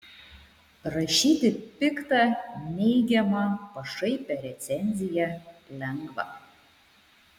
rašyti piktą neigiamą pašaipią recenziją lengva